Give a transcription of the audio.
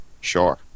Sure